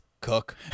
Cook